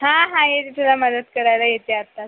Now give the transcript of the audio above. हां हा येते तुला मदत करायला येते आता